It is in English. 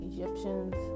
Egyptians